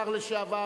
השר לשעבר,